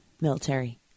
military